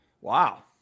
Wow